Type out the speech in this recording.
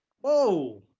whoa